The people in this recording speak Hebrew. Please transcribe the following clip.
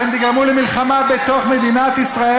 אתם תגרמו למלחמה בתוך מדינת ישראל.